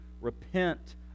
repent